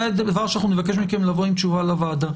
זה דבר שאנחנו נבקש מכם לבוא עם תשובה לוועדה.